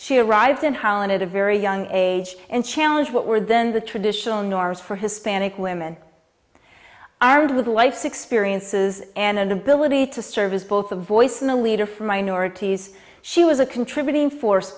she arrived in holland at a very young age and challenge what were then the traditional norms for hispanic women armed with life's experiences and an ability to serve as both a voice and a leader for minorities she was a contributing force